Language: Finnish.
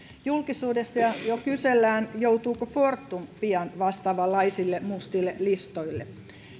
julkisuudessa jo kysellään joutuuko fortum pian vastaavanlaisille mustille listoille